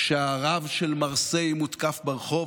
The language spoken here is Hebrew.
כשהרב של מרסיי מותקף ברחוב,